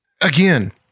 again